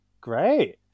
Great